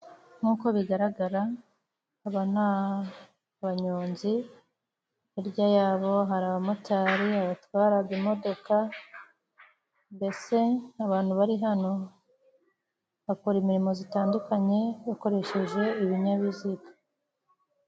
Nk'uko bigaragara, aba ni abanyonzi. Hirya yabo hari abamotari, abatwaraga imodoka. Mbese abantu bari hano bakora imirimo zitandukanye bakoresheje ibinyabiziga.